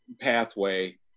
pathway